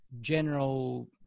general